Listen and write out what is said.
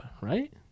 right